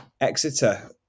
Exeter